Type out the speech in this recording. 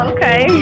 Okay